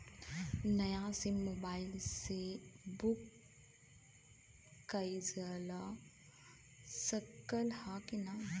नया SIM mobile से book कइलजा सकत ह कि ना?